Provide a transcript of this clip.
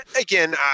again